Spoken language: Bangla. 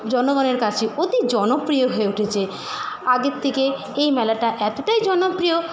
জনগণের কাছে অতি জনপ্রিয় হয়ে উঠেছে আগে থেকে এই মেলাটা এতটাই জনপ্রিয়